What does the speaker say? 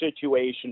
situation